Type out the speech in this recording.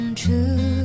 true